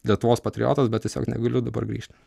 lietuvos patriotas bet tiesiog negaliu dabar grįšt